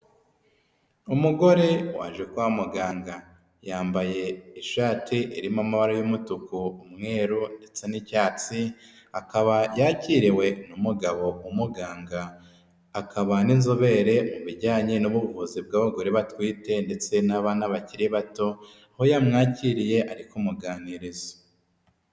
Umugore waje kwa muganga yambaye ishati irimo amabara y'umutuku, umweru ndetse n'icyatsi akaba yakiriwe n'umugabo w'umuganga akaba n'inzobere mu bijyanye n'ubuvuzi bw'abagore batwite ndetse n'abana bakiri bato aho yamwakiriye ari kumuganiriza.